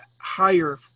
higher